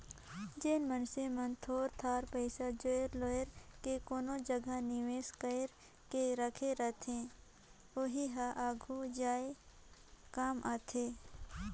जेन मइनसे मन थोर थार पइसा लोएर जोएर के कोनो जगहा निवेस कइर के राखे रहथे ओही हर आघु जाए काम आथे